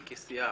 כסיעה,